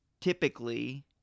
typically